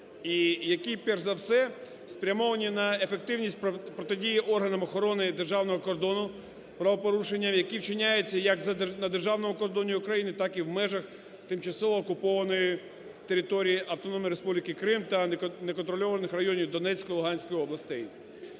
який перш за все, спрямований на ефективність протидії органам охорони державного кордону правопорушенням, які вчиняються як на державному кордоні України, так і в межах тимчасово окупованої території Автономної Республіки Крим та неконтрольованих районів Донецької і Луганської областей.